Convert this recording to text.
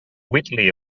whitley